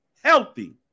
healthy